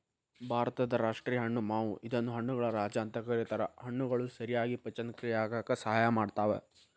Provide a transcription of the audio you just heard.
ಭಾರತದ ರಾಷ್ಟೇಯ ಹಣ್ಣು ಮಾವು ಇದನ್ನ ಹಣ್ಣುಗಳ ರಾಜ ಅಂತ ಕರೇತಾರ, ಹಣ್ಣುಗಳು ಸರಿಯಾಗಿ ಪಚನಕ್ರಿಯೆ ಆಗಾಕ ಸಹಾಯ ಮಾಡ್ತಾವ